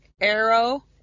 Arrow